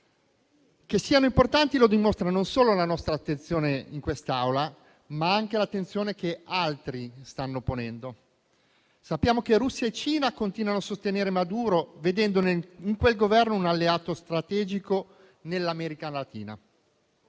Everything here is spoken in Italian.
Che siano importanti lo dimostra non solo la nostra attenzione in quest'Aula, ma anche l'attenzione che altri stanno ponendo. Sappiamo che Russia e Cina continuano a sostenere Maduro, vedendo in quel Governo un alleato strategico in America Latina.